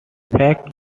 fact